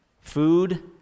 food